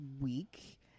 week